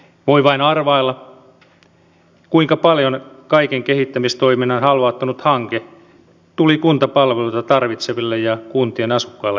voi vain arvailla kuinka paljon kaiken kehittämistoiminnan halvaannuttanut hanke tuli kuntapalveluita tarvitseville ja kuntien asukkaille maksamaan